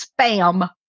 spam